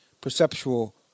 perceptual